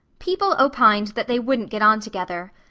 people opined that they wouldn't get on together.